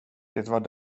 var